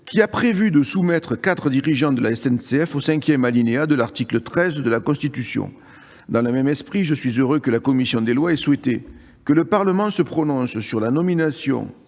qui a prévu de soumettre quatre dirigeants de la SNCF à la procédure prévue au cinquième alinéa de l'article 13 de la Constitution. Dans le même esprit, je suis heureux que la commission des lois ait souhaité que le Parlement se prononce sur la nomination,